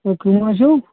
تُہۍ کٔم حظ چھُو